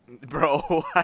bro